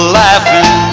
laughing